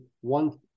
one